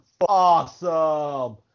awesome